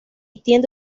tiende